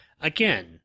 again